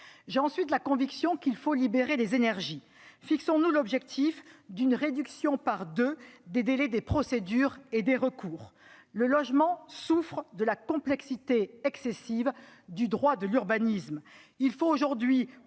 J'ai la conviction qu'il faut libérer les énergies. Fixons-nous l'objectif d'une division par deux des délais des procédures et des recours, car le logement souffre de la complexité excessive du droit de l'urbanisme. Il faut aujourd'hui